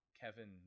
Kevin